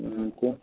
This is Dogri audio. हा कु'न